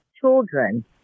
children